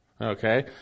Okay